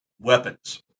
weapons